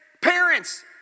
parents